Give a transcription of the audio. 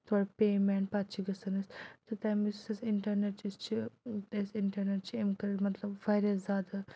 تورٕ پیمٮ۪نٛٹ پَتہٕ چھِ گژھان أسۍ تہٕ تَمِس یُس اِنٹرنٮ۪ٹ یُس چھِ اَسہِ اِنٹرنٮ۪ٹ چھِ أمۍ کٔر مطلب واریاہ زیادٕ